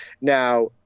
Now